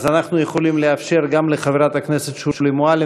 אז אנחנו יכולים לאפשר גם לחברת הכנסת שולי מועלם